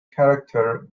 character